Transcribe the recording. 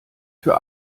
für